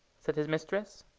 said his mistress.